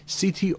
CT